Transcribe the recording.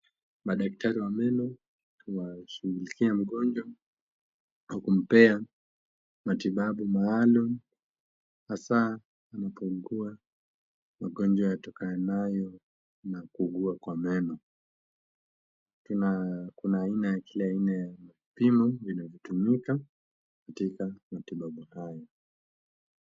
Madaktari wa meno wanashughulikia mgonjwa na kumpea matibabu maalum hasa magonjwa yatokanayo na kuugua kwa meno. Kuna kila aina ya vipimo vinavyotumika katika matibabu hayo